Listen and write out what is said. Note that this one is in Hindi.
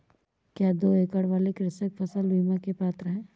क्या दो एकड़ वाले कृषक फसल बीमा के पात्र हैं?